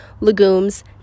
legumes